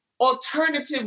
alternative